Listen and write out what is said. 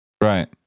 right